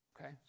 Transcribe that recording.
Okay